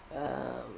um